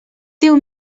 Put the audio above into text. diu